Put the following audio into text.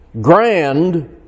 grand